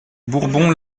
bourbon